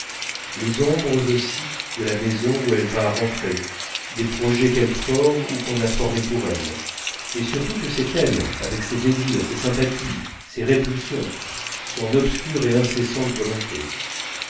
les ombres aussi de la maison où elle va rentrer des projets qu'elle forme ou qu'on a formés pour elle et surtout que c'est elle avec ses désirs ses sympathies ses répulsions son obscure et incessante volonté